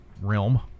realm